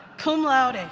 cum laude. and